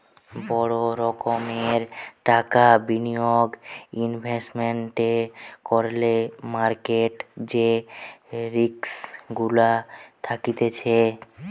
বড় রোকোমের টাকা বিনিয়োগ ইনভেস্টমেন্ট করলে মার্কেট যে রিস্ক গুলা থাকতিছে